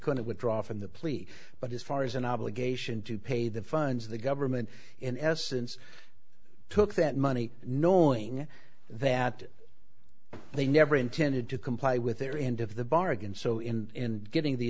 couldn't withdraw from the plea but as far as an obligation to pay the funds the government in essence took that money knowing that they never intended to comply with their end of the bargain so in getting the